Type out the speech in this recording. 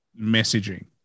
messaging